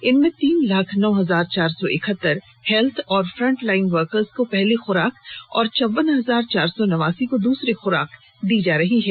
इनमें तीन लाख नौ हजार चार सौ इकहत्तर हेल्थ और फ्रंटलाइन वर्कर्स को पहली खुराक और चौवन हजार चार सौ नवासी को दूसरी खुराक दी जा जा चुकी है